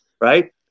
Right